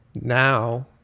Now